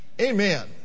amen